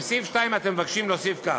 בסעיף (2) אתם מבקשים להוסיף כך: